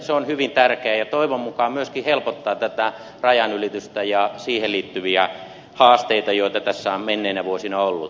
se on hyvin tärkeää ja toivon mukaan myöskin helpottaa rajanylitystä ja siihen liittyviä haasteita joita tässä on menneinä vuosina ollut